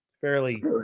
fairly